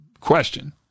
question